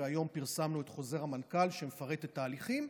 והיום פרסמנו את חוזר המנכ"ל שמפרט את ההליכים.